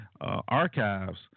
archives